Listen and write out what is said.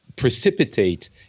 precipitate